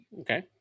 okay